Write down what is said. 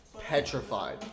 petrified